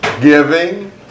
giving